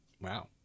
Wow